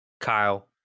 Kyle